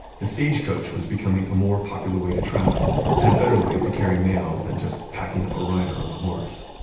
the stagecoach was becoming a more popular way to travel and a better way to carry mail than just packing up a rider on a horse.